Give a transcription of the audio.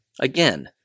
Again